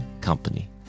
Company